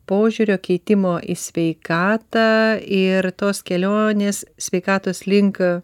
požiūrio keitimo į sveikatą ir tos kelionės sveikatos link